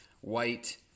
white